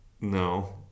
no